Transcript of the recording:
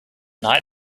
night